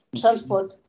transport